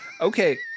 okay